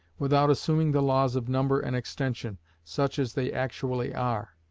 without assuming the laws of number and extension, such as they actually are.